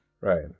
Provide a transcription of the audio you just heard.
right